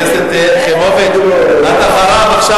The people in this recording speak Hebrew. חברת הכנסת יחימוביץ, את אחריו עכשיו